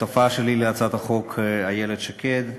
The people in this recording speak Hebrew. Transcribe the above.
לשותפה שלי להצעת החוק איילת שקד,